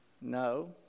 No